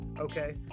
Okay